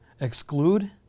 Exclude